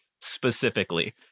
specifically